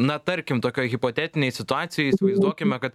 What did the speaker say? na tarkim tokioj hipotetinėj situacijoj įsivaizduokime kad